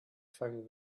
found